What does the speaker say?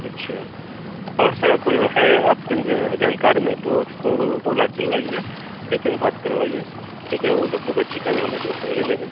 अच्छा और सर कोई है आपके नजर जानकार में तो उसको बोला के लाइए ठीक है बात करवाइए ठीक है वो लोग के बच्चे का भी हम एडमीसन ले लेंगे